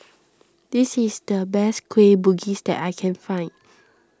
this is the best Kueh Bugis that I can find